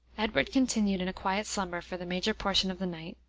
edward continued in a quiet slumber for the major portion of the night.